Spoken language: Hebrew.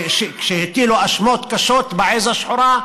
כשהטילו האשמות קשות בעז השחורה,